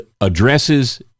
addresses